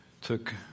took